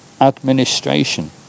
administration